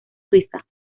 suiza